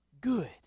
good